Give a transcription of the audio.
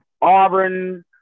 Auburn